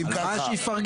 אם ככה,